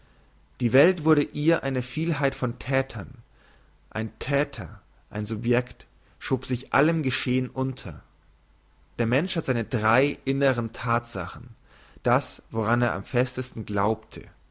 die welt wurde ihr eine vielheit von thätern ein thäter ein subjekt schob sich allem geschehen unter der mensch hat seine drei inneren thatsachen das woran er am festesten glaubte